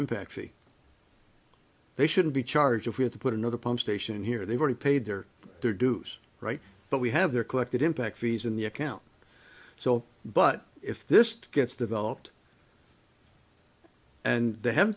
impacts they shouldn't be charged if we had to put another pump station here they've already paid their dues right but we have their collected impact fees in the account so but if this gets developed and they haven't